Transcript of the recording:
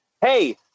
Hey